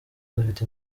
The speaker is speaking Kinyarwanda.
dufite